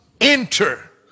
enter